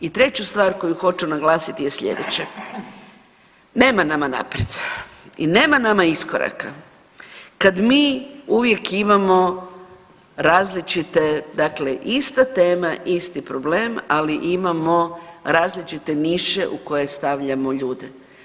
I treću stvar koju hoću naglasiti je sljedeće: nema nama naprijed i nema nama iskoraka kad mi uvijek imamo različite, dakle ista tema isti problem, ali imamo različite niše u koje stavljamo ljude.